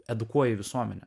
edukuoja visuomenę